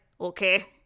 okay